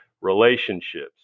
relationships